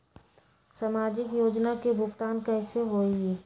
समाजिक योजना के भुगतान कैसे होई?